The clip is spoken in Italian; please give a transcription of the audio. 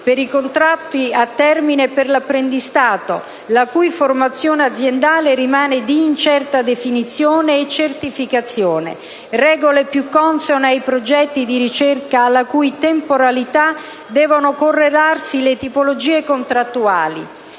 per i contratti a termine e per l'apprendistato, la cui formazione aziendale rimane di incerta definizione e certificazione, regole più consone ai progetti di ricerca, alla cui temporalità devono correlarsi le tipologie contrattuali,